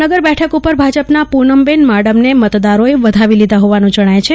જામનગર બેઠક ઉપર ભાજપના પુનમબેન માડમને મતદારોએ વધાવી લીધા હોવાનું જણાય છે